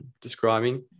describing